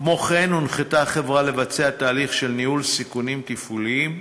כמו כן הונחתה החברה לבצע תהליך של ניהול סיכונים תפעוליים,